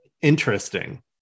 interesting